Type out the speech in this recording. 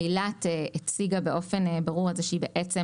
אילת הציגה באופן ברור את זה שהיא בעצם